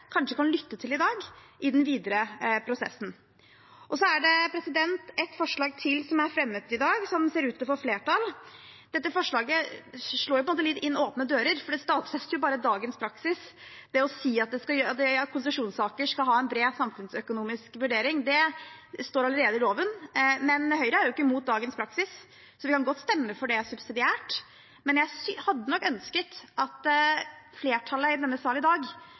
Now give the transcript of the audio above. lytte til i dag og ta med seg i den videre prosessen. Så er det et forslag til som er fremmet i dag, som ser ut til å få flertall. Dette forslaget slår på en måte inn åpne dører, for det stadfester bare dagens praksis ved å si at konsesjonssaker skal ha en bred samfunnsøkonomisk vurdering. Det står allerede i loven, men Høyre er ikke imot dagens praksis, så vi kan godt stemme subsidiært for det. Men jeg hadde nok ønsket at flertallet i denne salen i dag